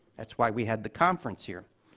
that's why we had the conference here.